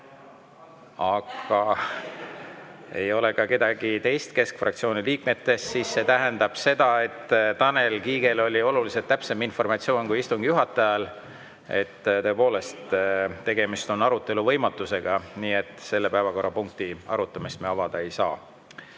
Aga ei ole [kohal] ka kedagi teist keskfraktsiooni liikmetest. See tähendab seda, et Tanel Kiigel oli oluliselt täpsem informatsioon kui istungi juhatajal. Tõepoolest, tegemist on arutelu võimatusega, nii et seda päevakorrapunkti me avada ei saa.